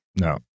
No